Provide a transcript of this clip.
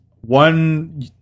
one